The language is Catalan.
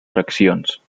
fraccions